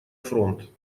фронт